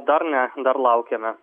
dar ne dar laukiame